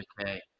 Okay